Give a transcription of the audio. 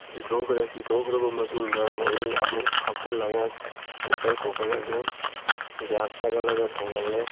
ꯆꯤꯊꯣꯛꯈ꯭ꯔꯦ ꯆꯤꯊꯣꯛꯂꯕ ꯃꯇꯨꯡꯗ ꯃꯍꯤ ꯑꯃꯨꯛ ꯍꯥꯞꯆꯤꯟꯂꯒ ꯄ꯭ꯔꯦꯁꯔ ꯀꯨꯛꯀꯔ ꯑꯗꯨ ꯒ꯭ꯌꯥꯁ ꯊꯥꯒꯠꯂꯒ ꯊꯣꯡꯒꯠꯂꯦ